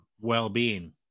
well-being